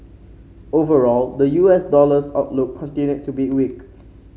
overall the U S dollar's outlook continued to be weak